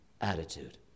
attitude